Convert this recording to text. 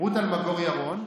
רות אלמגור רמון.